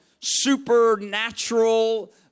supernatural